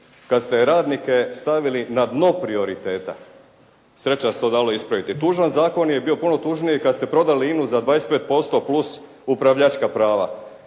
kad ste radnike stavili na dno prioriteta. Sreća da se to dalo ispraviti. Tužan zakon je bio i puno tužniji kad ste prodali INA-u za 25% plus upravljačka prava,